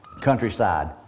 countryside